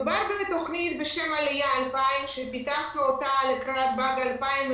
מדובר בתוכנית בשם עלייה 2000 שפיתחנו אותה לקראת באג 2000,